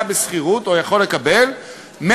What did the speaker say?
במסגרת עשר הדקות שיש לך לנמק את שתי